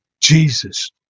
Jesus